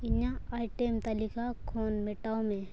ᱤᱧᱟᱹᱜ ᱟᱭᱴᱮᱢ ᱛᱟᱹᱞᱤᱠᱟ ᱠᱷᱚᱱ ᱢᱮᱴᱟᱣᱢᱮ